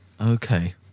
Okay